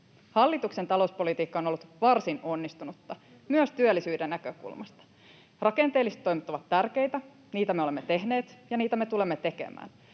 Hallituksen talouspolitiikka on ollut varsin onnistunutta myös työllisyyden näkökulmasta. Rakenteelliset toimet ovat tärkeitä. Niitä me olemme tehneet, ja niitä me tulemme tekemään,